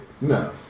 No